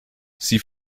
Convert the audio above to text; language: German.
sie